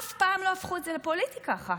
אף פעם לא הפכו את זה לפוליטי ככה.